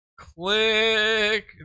Click